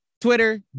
Twitter